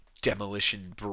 demolition